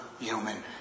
human